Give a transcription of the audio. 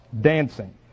dancing